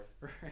Right